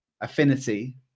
affinity